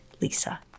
Lisa